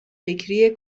فکری